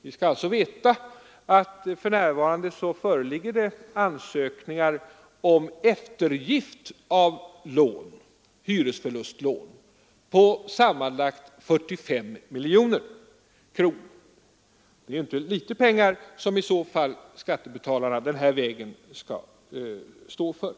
Vi skall veta att för närvarande föreligger ansökningar om eftergift av hyresförlustlån på sammanlagt 45 miljoner kronor. Det är inte litet pengar som i så fall skattebetalarna den här vägen skall stå för.